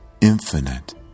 infinite